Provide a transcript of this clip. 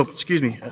ah excuse me,